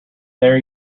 there